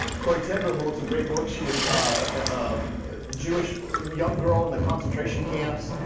corrie ten boom wrote some great books. she was a jewish young girl in the concentration camps.